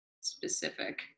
specific